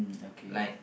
okay